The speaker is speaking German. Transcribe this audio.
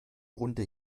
runde